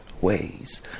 ways